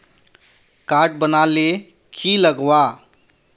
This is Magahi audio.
कार्ड बना ले की लगाव?